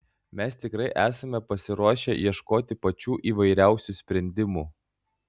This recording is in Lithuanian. mes tikrai esame pasiruošę ieškoti pačių įvairiausių sprendimų